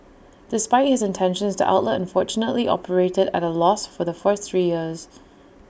despite his intentions the outlet unfortunately operated at A loss for the first three years